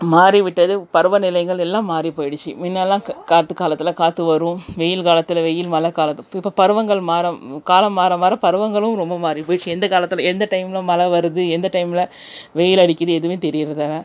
மாறி விட்டது பருவநிலைகளெல்லாம் மாறி போயிடுச்சு முன்னலாம் காற்று காலத்தில் காற்று வரும் வெயில் காலத்தில் வெயில் மழை காலத்து இப்போ பருவங்கள் மாற காலம் மாற மாற பருவங்களும் ரொம்ப மாறி போயிடுச்சு எந்த காலத்தில் எந்த டைமில் மழை வருது எந்த டைமில் வெயில் அடிக்குது எதுவுமே தெரிகிறதில்ல